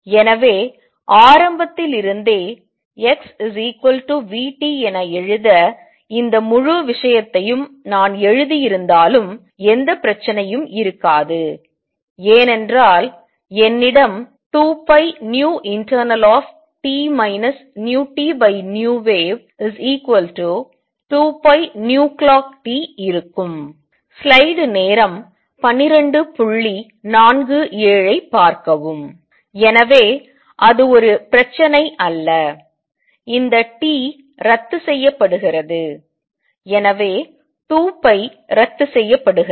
எனவே ஆரம்பத்தில் இருந்தே x v t என எழுத இந்த முழு விஷயத்தையும் நான் எழுதியிருந்தாலும் எந்த பிரச்சனையும் இருக்காது ஏனென்றால் என்னிடம் 2πinternalt vtvwave2πclockt இருக்கும் எனவே அது ஒரு பிரச்சினை அல்ல இந்த t ரத்து செய்யப்படுகிறது எனவே 2π ரத்து செய்யப்படுகிறது